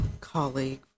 colleague